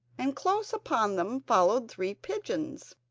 and close upon them followed three pigeons.